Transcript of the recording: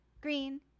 Green